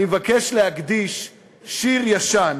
אני מבקש להקדיש שיר ישן